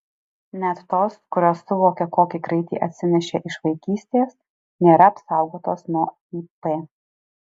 net tos kurios suvokia kokį kraitį atsinešė iš vaikystės nėra apsaugotos nuo ip